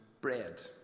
bread